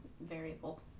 variable